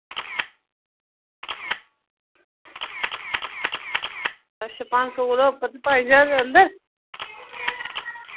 अच्छा पंज सौ कोला उप्पर पंज ज्हार रपेआ होंदा